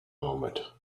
moment